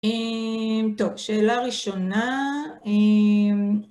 טוב, שאלה ראשונה